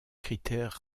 critères